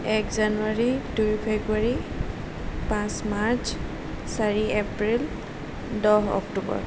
এক জানুৱাৰী দুই ফেব্ৰুৱাৰী পাঁচ মাৰ্চ চাৰি এপ্ৰিল দহ অক্টোবৰ